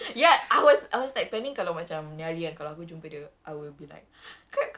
oppa noticed me grab 哥哥 grab